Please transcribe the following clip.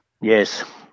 Yes